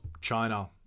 China